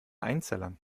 einzellern